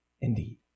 indeed